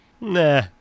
Nah